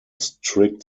strict